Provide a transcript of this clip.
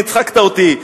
הצחקת אותי.